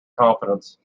confidence